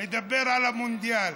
נדבר על המונדיאל.